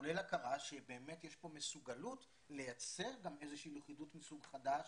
כולל הכרה שבאמת יש פה מסוגלות לייצר גם איזה שהיא לכידות מסוג חדש